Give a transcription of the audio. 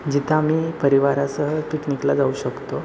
जिथं आम्ही परिवारासह पिकनिकला जाऊ शकतो